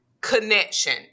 connection